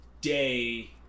day